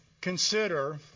Consider